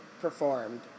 performed